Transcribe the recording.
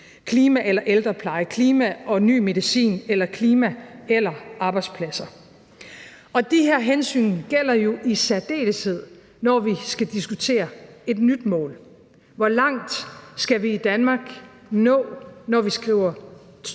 klima eller ældrepleje, klima eller ny medicin eller klima eller arbejdspladser. De her hensyn gælder jo i særdeleshed, når vi skal diskutere et nyt mål. Hvor langt skal vi i Danmark være nået, når vi skriver 2025, altså